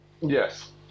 Yes